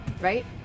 Right